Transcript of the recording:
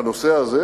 בנושא הזה,